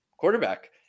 quarterback